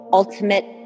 ultimate